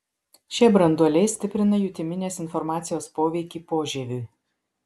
šie branduoliai stiprina jutiminės informacijos poveikį požieviui